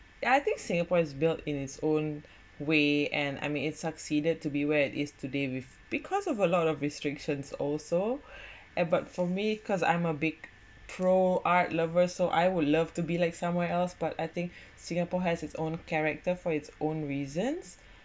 I think singapore is built in its own way and I mean it succeeded to be where it is today with because of a lot of restrictions also uh but for me because I'm a big pro art lover so I would love to be like somewhere else but I think singapore has its own character for its own reasons